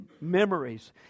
memories